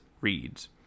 reads